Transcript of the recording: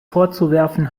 vorzuwerfen